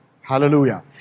Hallelujah